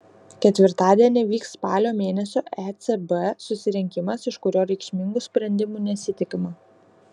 ketvirtadienį vyks spalio mėnesio ecb susirinkimas iš kurio reikšmingų sprendimų nesitikima